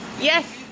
Yes